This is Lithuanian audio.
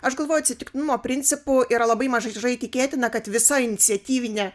aš galvoju atsitiktinumo principu yra labai mažai tikėtina kad visa iniciatyvinė